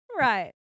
Right